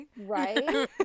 Right